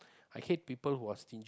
I hate people who are stingy